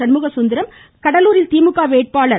சண்முகசுந்தரம் கடலூரில் திமுக வேட்பாளர் டி